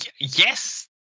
Yes